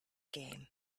game